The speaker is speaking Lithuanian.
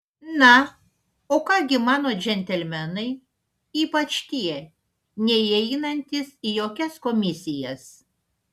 na o ką gi mano džentelmenai ypač tie neįeinantys į jokias komisijas